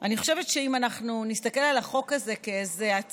אני חושבת שאם נסתכל על החוק הזה כעל איזו